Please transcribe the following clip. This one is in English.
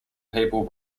people